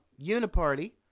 uniparty